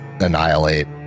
annihilate